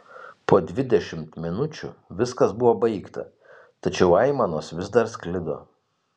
po dvidešimt minučių viskas buvo baigta tačiau aimanos vis dar sklido